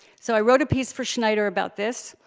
so i wrote a piece for schneider about this,